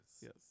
Yes